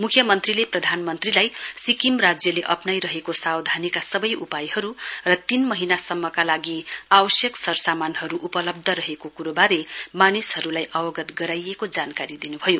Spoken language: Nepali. म्ख्यमन्त्रीले प्रधानमन्त्रीलाई सिक्किम राज्यले अप्नाईरहेको सावधानीका सबै उपायहरू र तीन महीनासम्मका लागि आवश्यक सरसमानहरू उपलब्ध रहेको कुरोबारे मानिसहरूलाई अवगत गराइएको जानकारी दिनुभयो